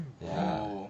ya